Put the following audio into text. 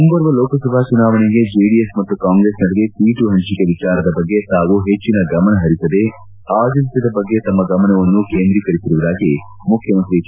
ಮುಂಬರುವ ಲೋಕಸಭಾ ಚುನಾವಣೆಗೆ ಜೆಡಿಎಸ್ ಮತ್ತು ಕಾಂಗ್ರೆಸ್ ನಡುವೆ ಸೀಟು ಹಂಚಿಕೆ ವಿಚಾರದ ಬಗ್ಗೆ ತಾವು ಹೆಚ್ಚಿನ ಗಮನಹರಿಸದೆ ಆಡಳಿತದ ಬಗ್ಗೆ ತಮ್ಮ ಗಮನವನ್ನು ಕೇಂದ್ರೀಕರಿಸುವುದಾಗಿ ಮುಖ್ಯಮಂತ್ರಿ ಎಚ್